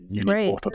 great